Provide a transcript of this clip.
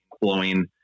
blowing